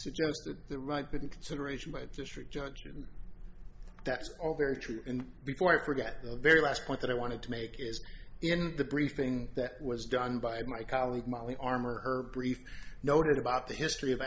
didn't consideration by district judges and that's all very true and before i forget the very last point that i wanted to make is in the briefing that was done by my colleague molly armor her brief note about the history of